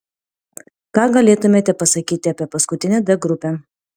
ką galėtumėte pasakyti apie paskutinę d grupę